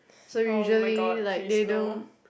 so usually like they don't